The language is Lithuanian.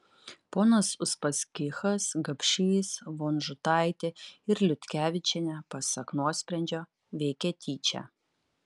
ponas uspaskichas gapšys vonžutaitė ir liutkevičienė pasak nuosprendžio veikė tyčia